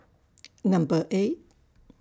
Number eight